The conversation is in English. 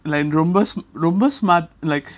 like ரொம்ப ரொம்ப:romba romba smart like